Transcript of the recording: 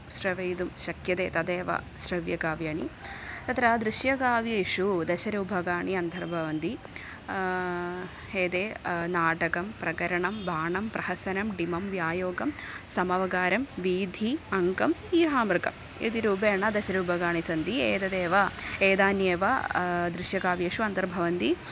श्रावयितुं शक्यते तदेव श्रव्यकाव्याणि तत्र दृश्यकाव्येषु दशरूपकाणि अन्तर्भवन्ति हेदे नाटकं प्रकरणं भाणं प्रहसनं डिमं व्यायोगं समवकारं वीथिः अङ्कं इहामृगम् इति रूपेण दशरूपकाणि सन्ति एतदेव एतान्येव दृश्यकाव्येषु अन्तर्भवन्ति